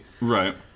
Right